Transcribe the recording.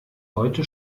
heute